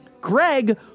Greg